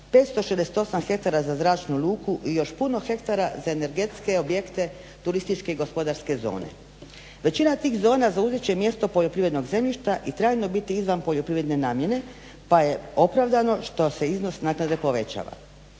568 hektara za zračnu luku i još puno hektara za energetske objekte turističke i gospodarske zone. Većina tih zona zauzet će mjesto poljoprivrednog zemljišta i trajno biti izvan poljoprivredne namjene pa je opravdano što se iznos naknade povećava.